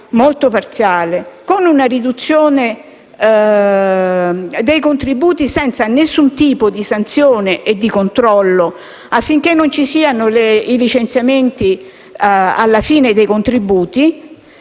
molto parziale, con una riduzione dei contributi senza nessun tipo di sanzione e di controllo affinché non ci siano licenziamenti alla fine dei contributi,